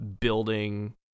building